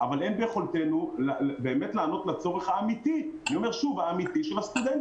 אבל אין ביכולתנו באמת לענות לצורך האמיתי של הסטודנטים,